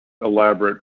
Elaborate